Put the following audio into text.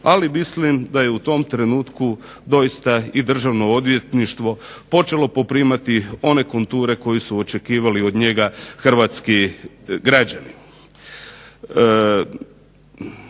ali mislim da je u tom trenutku doista i državno odvjetništvo počelo poprimati one konture koje su očekivali od njega hrvatski građani.